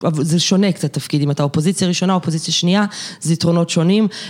זה שונה קצת תפקיד, אם אתה אופוזיציה ראשונה או אופוזיציה שנייה, זה יתרונות שונים.